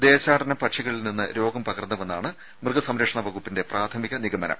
ദേശാടന പക്ഷികളിൽ നിന്ന് രോഗം പകർന്നുവെന്നാണ് മൃഗസംരക്ഷണ വകുപ്പിന്റെ പ്രാഥമിക നിഗ മനം